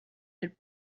had